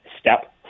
step